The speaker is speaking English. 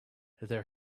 their